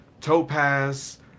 topaz